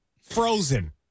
frozen